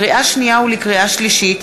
לקריאה שנייה ולקריאה שלישית: